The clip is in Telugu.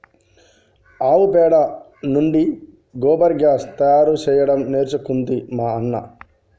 ఆవు పెండ నుండి గోబర్ గ్యాస్ తయారు చేయడం నేర్చుకుంది మా అన్న